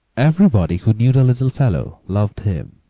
everybody who knew the little fellow loved him.